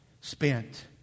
spent